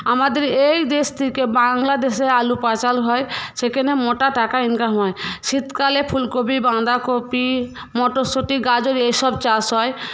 আমাদের এই দেশ থেকে বাংলাদেশে আলু হয় সেখানে মোটা টাকা ইনকাম হয় শীতকালে ফুলকপি বাঁধাকপি মটরশুঁটি গাজর এসব চাষ হয়